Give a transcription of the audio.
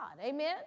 Amen